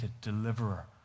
deliverer